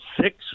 six